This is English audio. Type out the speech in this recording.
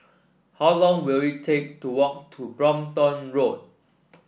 how long will it take to walk to Brompton Road